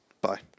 Bye